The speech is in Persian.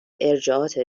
ارجاعات